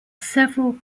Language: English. several